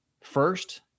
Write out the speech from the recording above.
first